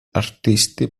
artisti